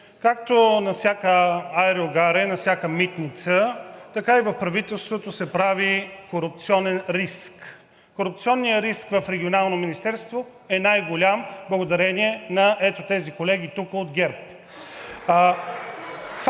Както на всяка аерогара и на всяка митница, така и в правителството се прави корупционен риск. Корупционният риск в Регионалното министерство е най-голям благодарение на ето тези колеги тук